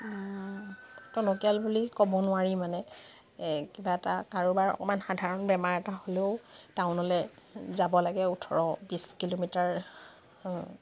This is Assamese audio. খুব টনকিয়াল বুলি ক'ব নোৱাৰি মানে কিবা এটা কাৰোবাৰ অকমান সাধাৰণ বেমাৰ এটা হ'লেও টাউনলে যাব লাগে ওঠৰ বিছ কিলোমিটাৰ